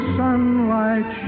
sunlight